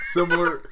Similar